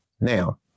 Now